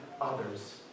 others